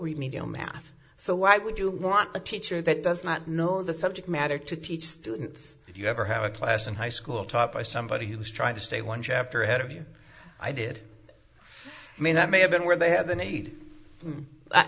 medium half so why would you want a teacher that does not know the subject matter to teach students did you ever have a class in high school taught by somebody who was trying to stay one chapter ahead of you i did mean that may have been where they have